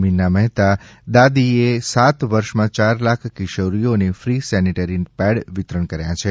મીના મહેતા દાદી એ સાત વર્ષમાં ચાર લાખ કિશોરીઓને ફ્રી સેનેટરી પેડ વિતરણ કર્યા છે